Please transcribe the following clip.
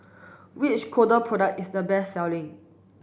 which Kordel product is the best selling